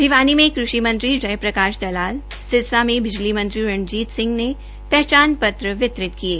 भिवानी में कृषि मंत्री ओम प्रकाश दलाल सिरसा में बिजली मंत्री रंजीत सिंह ने े पहचान पत्र वितरित किये